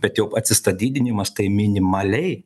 bet jau atsistatydinimas tai minimaliai